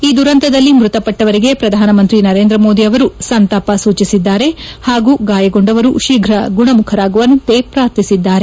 ಈ ದುರಂತದಲ್ಲಿ ಮೃತಪಟ್ಟವರಿಗೆ ಪ್ರಧಾನಮಂತ್ರಿ ನರೇಂದ್ರ ಮೋದಿ ಅವರು ಸಂತಾಪ ಸೂಚಿಸಿದ್ದಾರೆ ಹಾಗೂ ಗಾಯಗೊಂಡವರು ಶೀಘ್ರಗುಣಮುಖರಾಗುವಂತೆ ಪ್ರಾರ್ಥಿಸಿದ್ದಾರೆ